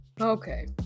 Okay